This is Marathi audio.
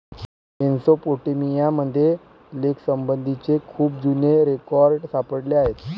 मेसोपोटेमिया मध्ये लेखासंबंधीचे खूप जुने रेकॉर्ड सापडले आहेत